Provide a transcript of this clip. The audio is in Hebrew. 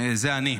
זה אני.